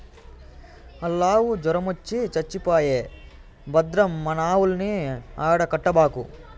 ఆల్లావు జొరమొచ్చి చచ్చిపోయే భద్రం మన ఆవుల్ని ఆడ కట్టబాకు